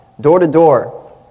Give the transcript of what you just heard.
Door-to-door